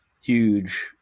huge